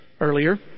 earlier